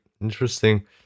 interesting